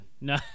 No